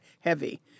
heavy